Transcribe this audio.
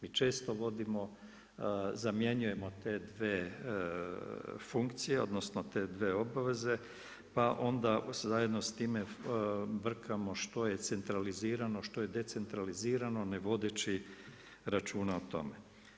Mi često zamjenjujemo te dvije funkcije, odnosno te dvije obveze, pa onda zajedno s time brkamo što je centralizirano, što je decentralizirano ne vodeći računa o tome.